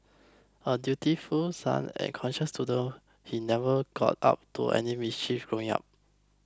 a dutiful son and conscientious student he never got up to any mischief growing up